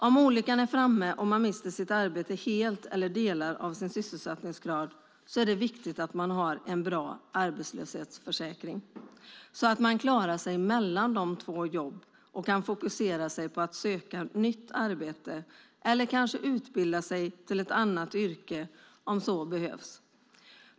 Om olyckan är framme och man mister sitt arbete helt eller delar av sin sysselsättningsgrad är det viktigt att man har en bra arbetslöshetsförsäkring, så att man klarar sig mellan två jobb och kan fokusera på att söka nytt arbete eller kanske utbilda sig till ett annat yrke om så behövs.